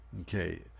Okay